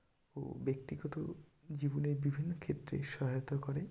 ও ব্যক্তিগত জীবনের বিভিন্ন ক্ষেত্রে সহায়তা করে